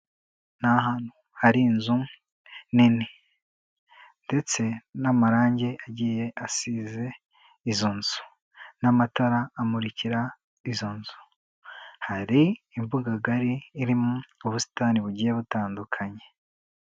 Ni ahantu hari inzu nini ndetse n'amarangi agiye asize izo nzu n'amatara amurikira izo nzu, hari imbuga ngari irimo ubusitani bugiye butandukanye.